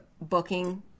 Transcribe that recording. booking